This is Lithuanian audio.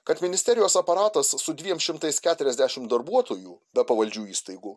kad ministerijos aparatas su dviem šimtais keturiasdešim darbuotojų be pavaldžių įstaigų